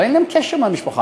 אבל אין להם קשר עם המשפחה.